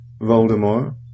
Voldemort